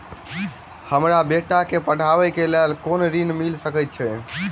हमरा बेटा केँ पढ़ाबै केँ लेल केँ ऋण मिल सकैत अई?